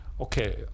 Okay